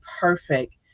perfect